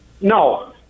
no